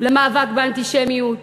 למאבק באנטישמיות.